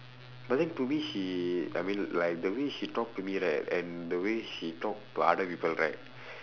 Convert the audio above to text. but then to me she I mean like the way she talk to me right and the way she talk to other people right